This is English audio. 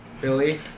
Billy